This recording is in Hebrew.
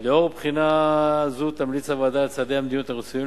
לאור בחינה זו תמליץ הוועדה על צעדי המדיניות הרצויים,